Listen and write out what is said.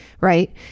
right